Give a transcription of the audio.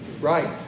Right